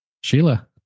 Sheila